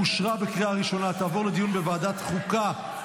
לוועדת החוקה,